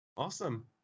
Awesome